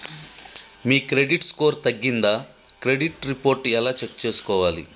మీ credit score తగ్గిందా credit report ఎలా check చేసుకోవాలి?